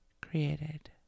created